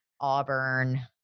auburn